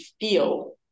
feel